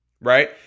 right